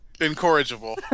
Incorrigible